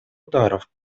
ударов